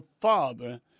Father